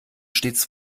stets